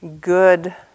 good